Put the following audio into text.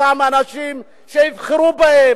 כולם ראו את אותם אנשים שיבחרו בהם,